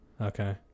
okay